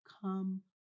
come